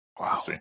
Wow